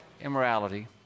Immorality